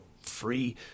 free